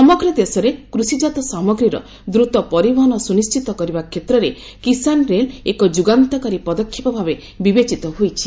ସମଗ୍ର ଦେଶରେ କୃଷିଜାତ ସାମଗ୍ରୀର ଦ୍ରତ ପରିବହନ ସୁନିଶ୍ଚିତ କରିବା କ୍ଷେତ୍ରରେ କିଷାନ୍ ରେଲ୍ ଏକ ଯୁଗାନ୍ତକାରୀ ପଦକ୍ଷେପ ଭାବେ ବିବେଚିତ ହୋଇଛି